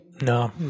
No